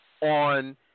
on